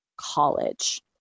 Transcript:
college